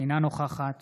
אינה נוכחת